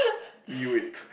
knew it